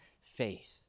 faith